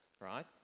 right